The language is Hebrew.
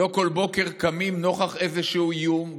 לא כל בוקר קמים נוכח איזשהו איום.